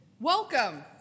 welcome